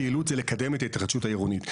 כאילוץ זה לקדם את ההתחדשות העירונית.